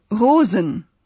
rosen